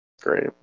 Great